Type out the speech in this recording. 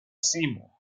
seymour